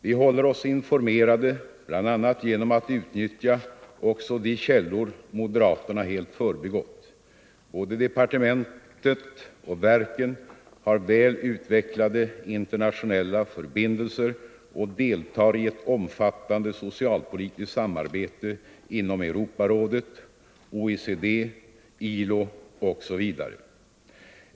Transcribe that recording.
Vi håller oss informerade bl.a. genom att utnyttja också de källor moderaterna helt förbigått. Både departementet och verken har väl utvecklade internationella förbindelser och deltar i ett omfattande socialpolitiskt samarbete inom Europarådet, OECD, ILO osv.